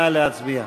נא להצביע.